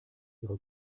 ihre